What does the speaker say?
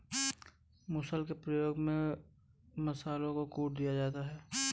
मुसल के प्रयोग से मसालों को कूटा जाता है